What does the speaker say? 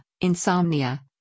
insomnia